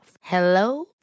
Hello